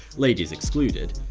ladies excluded.